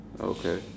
Okay